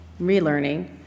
relearning